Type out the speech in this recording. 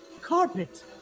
Carpet